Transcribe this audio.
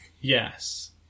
Yes